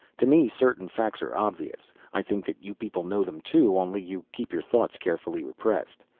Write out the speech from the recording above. to me certain facts are obvious. i think that you people know them too, only you keep your thoughts carefully repressed.